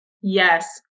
Yes